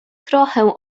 trochę